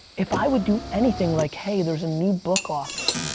if i would do anything like, hey there's a new book offer.